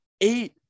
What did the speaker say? eight